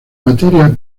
materia